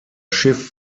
schiff